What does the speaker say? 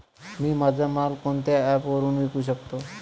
मी माझा माल कोणत्या ॲप वरुन विकू शकतो?